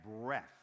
breath